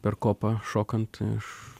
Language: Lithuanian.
per kopą šokant iš